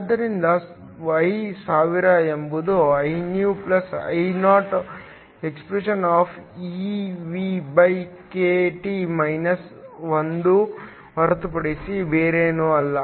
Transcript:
ಆದ್ದರಿಂದ I1000 ಎಂಬುದು Inew I0 expeVkT 1 ಹೊರತುಪಡಿಸಿ ಬೇರೇನೂ ಅಲ್ಲ